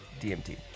DMT